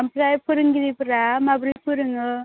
आमफ्राइ फोरोंगिरिफ्रा माब्रै फोरोङो